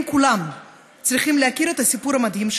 כולם צריכים להכיר את הסיפור המדהים שלה.